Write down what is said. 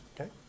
okay